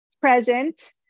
present